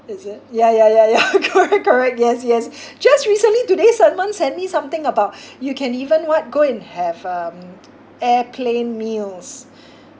is it ya ya ya ya correct correct yes yes just recently today someone send me something about you can even what go and have um airplane meals